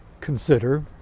consider